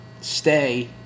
stay